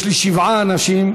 יש לי שבעה אנשים.